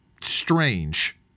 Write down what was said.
strange